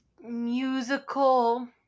Musical